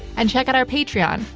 and check out our patreon.